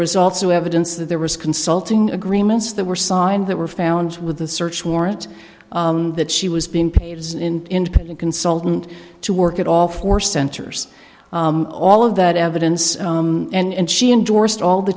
was also evidence that there was consulting agreements that were signed that were found with the search warrant that she was being paid xin independent consultant to work at all for centers all of that evidence and she endorsed all the